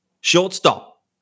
Shortstop